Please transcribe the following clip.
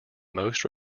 most